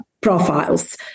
profiles